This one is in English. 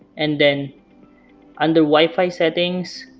and then under wifi settings